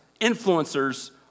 Influencers